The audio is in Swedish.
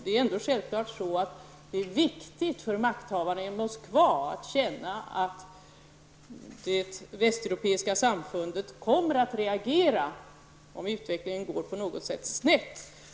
Det är självfallet viktigt för makthavarna i Moskva att känna att det västeuropeiska samfundet kommer att reagera om utvecklingen på något sätt går snett.